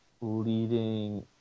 leading